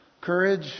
Courage